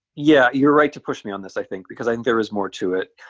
yeah, you're right to push me on this, i think, because i think there is more to it.